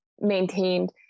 maintained